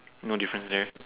no difference there